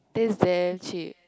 that's damn cheap